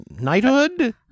knighthood